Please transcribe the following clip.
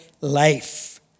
life